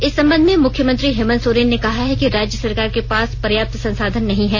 इस संबंध में मुख्यमंत्री हेमंत सोरेन ने कहा है कि राज्य सरकार के पास पर्याप्त संसाधन नहीं हैं